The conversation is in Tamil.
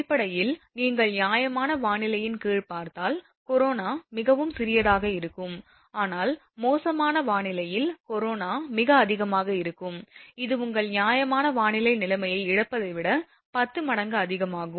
அடிப்படையில் நீங்கள் நியாயமான வானிலையின் கீழ் பார்த்தால் கொரானா மிகவும் சிறியதாக இருக்கும் ஆனால் மோசமான வானிலையில் கொரானா மிக அதிகமாக இருக்கும் இது உங்கள் நியாயமான வானிலை நிலைமையை இழப்பதை விட 10 மடங்கு அதிகமாகும்